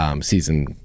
Season